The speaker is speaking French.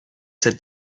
cette